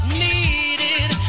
needed